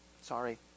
Sorry